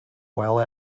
while